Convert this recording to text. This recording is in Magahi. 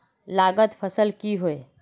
लागत फसल की होय?